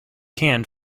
can